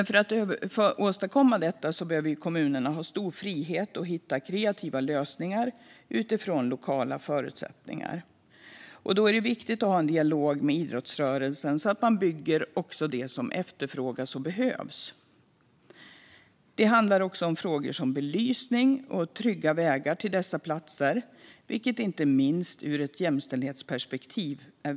För att åstadkomma detta behöver kommunerna ha stor frihet att hitta kreativa lösningar utifrån lokala förutsättningar. Det är då viktigt att ha en dialog med idrottsrörelsen så att det man bygger också är det som efterfrågas och behövs. Det handlar också om frågor som belysning och trygga vägar till dessa platser, vilket är inte minst viktigt ur ett jämställdhetsperspektiv.